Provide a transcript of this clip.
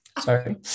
Sorry